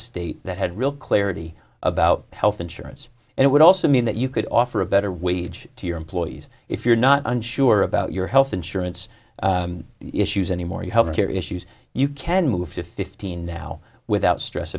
state that had real clarity about health insurance and it would also mean that you could offer a better wage to your employees if you're not unsure about your health insurance issues any more you health care issues you can move to fifteen now without stress